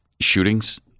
shootings